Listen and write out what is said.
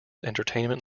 entertainment